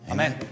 Amen